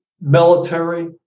military